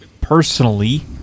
personally